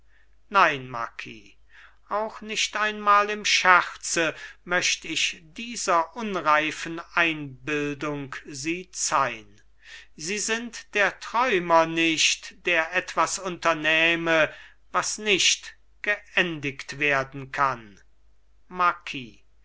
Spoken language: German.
nein marquis auch nicht einmal im scherze möcht ich dieser unreifen einbildung sie zeihn sie sind der träumer nicht der etwas unternähme was nicht geendigt werden kann